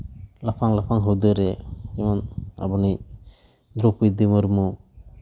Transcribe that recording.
ᱞᱟᱯᱷᱟᱝ ᱞᱟᱯᱷᱟᱝ ᱦᱩᱫᱟᱹ ᱨᱮ ᱡᱮᱢᱚᱱ ᱟᱵᱚᱭᱤᱡ ᱫᱨᱚᱣᱯᱚᱫᱤ ᱢᱩᱨᱢᱩ